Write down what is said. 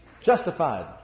justified